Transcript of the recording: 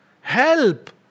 Help